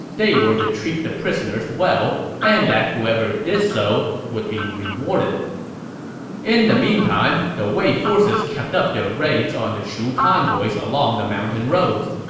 they were to treat the prisoners well, and that whoever did so would be rewarded in the meantime, the wei forces kept up their raids on the shu convoys along the mountain roads.